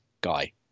Guy